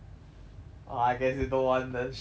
!aww! I guess you don't want then she doesn't want it